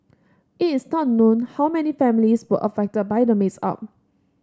it is not known how many families were affected by the mix up